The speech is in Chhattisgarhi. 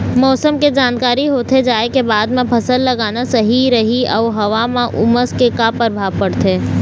मौसम के जानकारी होथे जाए के बाद मा फसल लगाना सही रही अऊ हवा मा उमस के का परभाव पड़थे?